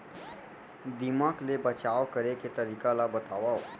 दीमक ले बचाव करे के तरीका ला बतावव?